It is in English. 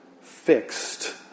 fixed